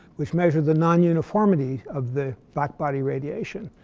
which measure the non-uniformity of the black-body radiation.